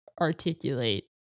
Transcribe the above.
articulate